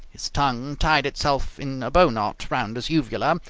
his tongue tied itself in a bow knot round his uvula,